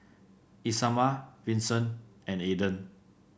Isamar Vincent and Aidan